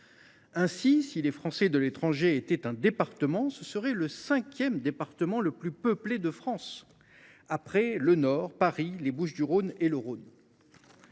Ainsi, si les Français de l’étranger constituaient un département, ce serait le cinquième le plus peuplé de France, après le Nord, Paris, les Bouches du Rhône et le Rhône.